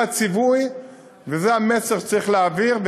זה הציווי וזה המסר שצריך להעביר,